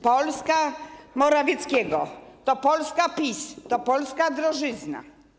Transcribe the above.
Polska Morawieckiego to Polska PiS, to polska drożyzna.